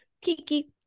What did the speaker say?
Kiki